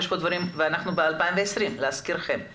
ואנחנו להזכירכם ב-2020.